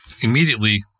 immediately